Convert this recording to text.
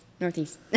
Northeast